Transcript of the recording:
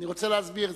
אני רוצה להסביר.